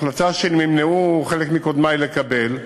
החלטה שנמנעו חלק מקודמי לקבל,